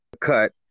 Cut